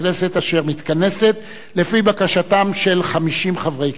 אשר מתכנסת לפי בקשתם של 50 חברי כנסת,